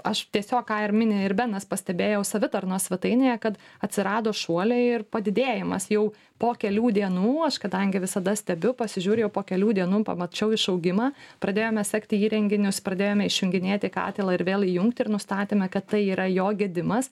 aš tiesiog ką ir mini ir benas pastebėjau savitarnos svetainėje kad atsirado šuoliai ir padidėjimas jau po kelių dienų aš kadangi visada stebiu pasižiūriu jau po kelių dienų pamačiau išaugimą pradėjome sekti įrenginius pradėjome išjunginėti katilą ir vėl įjungti ir nustatėme kad tai yra jo gedimas